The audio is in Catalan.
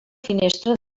finestra